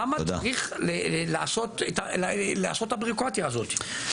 למה צריך לעשות את הביורוקרטיה הזאת?